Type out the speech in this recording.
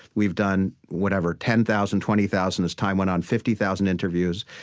we've done, whatever, ten thousand, twenty thousand, as time went on, fifty thousand interviews,